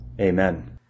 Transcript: Amen